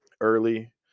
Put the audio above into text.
early